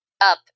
up